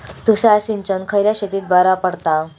तुषार सिंचन खयल्या शेतीक बरा पडता?